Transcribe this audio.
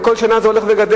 וכל שנה המספר הולך וגדל.